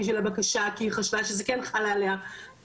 ובסוף זה לא חל עליה אבל היא לא הבינה נכון,